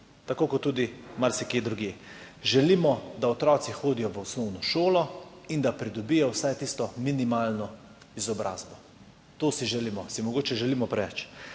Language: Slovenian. tako kot tudi marsikje drugje. Želimo, da otroci hodijo v osnovno šolo in da pridobijo vsaj tisto minimalno izobrazbo. To si želimo, mogoče si želimo preveč.